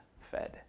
fed